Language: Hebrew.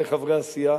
חברי חברי הסיעה,